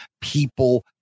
people